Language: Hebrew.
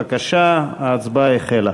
בבקשה, ההצבעה החלה.